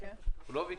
הוא לא ביקש.